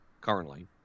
currently